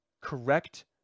correct